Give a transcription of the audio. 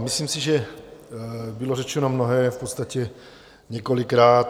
Myslím si, že bylo řečeno mnohé v podstatě několikrát.